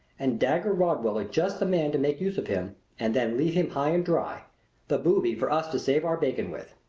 and dagger rodwell is just the man to make use of him and then leave him high and dry the booby for us to save our bacon with.